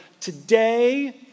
today